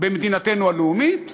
במדינתנו הלאומית,